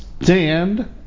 Stand